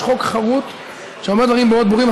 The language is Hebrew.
יש חוק חרות שאומר דברים מאוד ברורים,